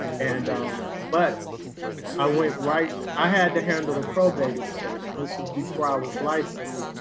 and but i went right, i had to handle the probate estate and this was before i was licensed.